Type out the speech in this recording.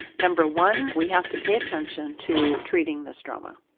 number one, we have to pay attention to treating the stroma.